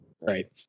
Right